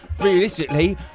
realistically